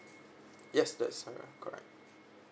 yes that's sarah correct